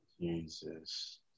Jesus